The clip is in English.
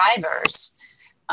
drivers